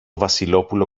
βασιλόπουλο